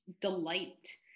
delight